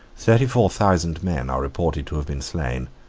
thirty-four thousand men are reported to have been slain.